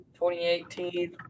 2018 –